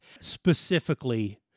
specifically